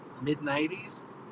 mid-90s